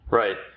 right